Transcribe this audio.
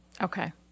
Okay